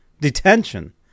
Detention